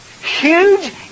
huge